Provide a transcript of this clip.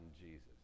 Jesus